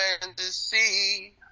fantasy